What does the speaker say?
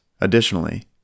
Additionally